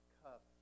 cup